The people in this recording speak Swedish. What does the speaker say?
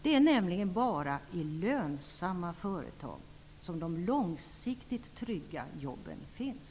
Det är nämligen bara i lönsamma företag som de långsiktigt trygga jobben finns.